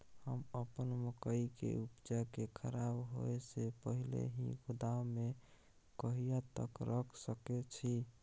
हम अपन मकई के उपजा के खराब होय से पहिले ही गोदाम में कहिया तक रख सके छी?